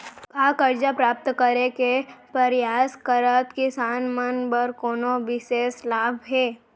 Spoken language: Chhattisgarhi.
का करजा प्राप्त करे के परयास करत किसान मन बर कोनो बिशेष लाभ हवे?